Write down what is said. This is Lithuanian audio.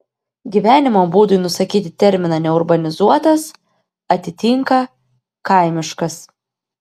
gyvenimo būdui nusakyti terminą neurbanizuotas atitinka kaimiškas